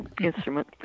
instrument